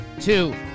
two